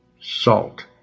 salt